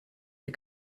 die